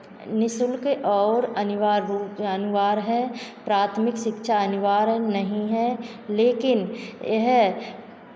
निःशुल्क और अनिवार्य अनिवार्य है प्राथमिक शिक्षा अनिवार्य नहीं है लेकिन यह